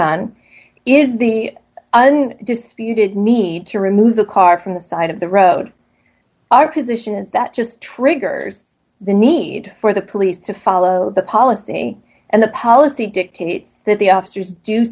on is the disputed need to remove the car from the side of the road our position is that just triggers the need for the police to follow the policy and the policy dictates that the officers do